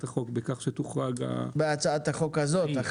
החוק בכל שתוחרג --- בהצעת החוק הזאת?